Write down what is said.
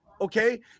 Okay